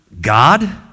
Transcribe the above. God